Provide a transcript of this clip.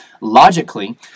Logically